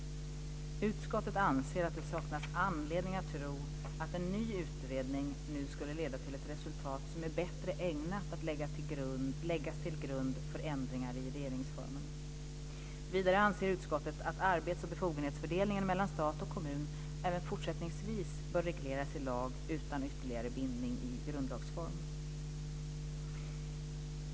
Utskottet anser att det saknas anledning att tro att en ny utredning nu skulle leda till ett resultat som är bättre ägnat att läggas till grund för ändringar i regeringsformen. Vidare anser utskottet att arbets och befogenhetsfördelningen mellan stat och kommun även fortsättningsvis bör regleras i lag utan ytterligare bindning i grundlagsform.